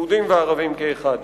יהודים וערבים כאחד.